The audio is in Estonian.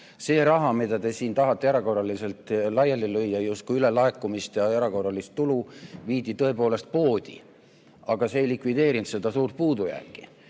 See raha, mida te tahate erakorraliselt laiali lüüa justkui ülelaekumist ja erakorralist tulu, viidi tõepoolest poodi. Aga see ei likvideerinud seda suurt puudujääki.